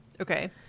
Okay